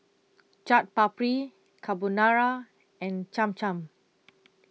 Chaat Papri Carbonara and Cham Cham